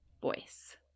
voice